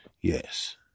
Yes